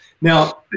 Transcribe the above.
Now